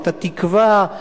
את התקווה,